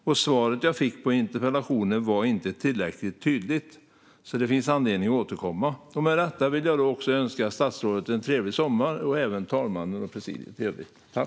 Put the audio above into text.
Svaret som jag fick på interpellationen var inte tillräckligt tydligt, så det finns anledning att återkomma. Med detta vill jag önska statsrådet och även talmannen och presidiet i övrigt en trevlig sommar.